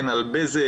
הן על בזק,